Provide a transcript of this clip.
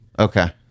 Okay